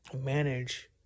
manage